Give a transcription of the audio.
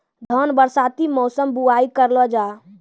धान बरसाती मौसम बुवाई करलो जा?